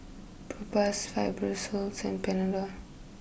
Propass Fibrosol and Panadol